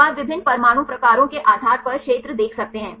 तो आप विभिन्न परमाणु प्रकारों के आधार पर क्षेत्र देख सकते हैं